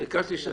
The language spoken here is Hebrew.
אני